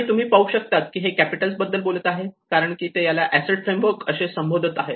आणि तुम्ही पाहू शकतात की हे कॅपिटल बद्दल बोलत आहेत कारण ते याला एसिड फ्रेमवर्क असे संबोधत आहेत